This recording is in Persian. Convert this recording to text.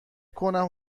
کنم